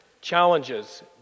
challenges